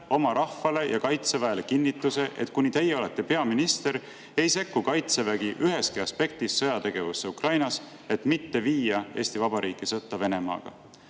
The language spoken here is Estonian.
oma rahvale ja Kaitseväele kinnituse, et kuni teie olete peaminister, ei sekku Kaitsevägi üheski aspektis sõjategevusse Ukrainas, et mitte viia Eesti Vabariiki sõtta Venemaaga?